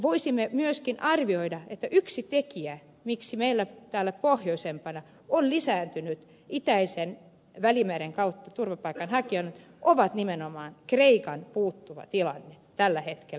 voisimme myöskin arvioida että yksi tekijä miksi meillä täällä pohjoisempana ovat lisääntyneet itäisen välimeren kautta tulevat turvapaikanhakijat on nimenomaan kreikan tilanne tällä hetkellä